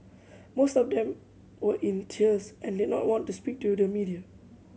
most of them were in tears and did not want to speak to the media